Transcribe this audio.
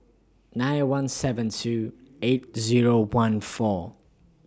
nine one seven two eight Zero one four